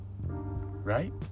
right